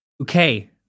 Okay